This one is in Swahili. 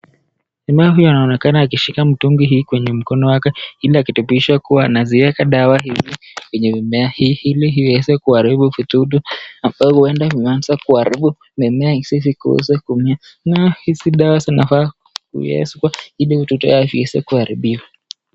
Jamaa huyu anaonekana akishika mtungi hii kwenye mkono wake hii ikidhibitishwa kuwa anaweka dawa hii kwenye mimiea hii ili iweze kuharibu vidudu ambavyo vinaweza kuharibu mimea ili zisiweze kuumia, nayo hii dawa zinafaa kuwekwa ili vidudu viweze kuharibiwa.